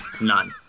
None